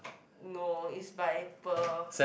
no is by per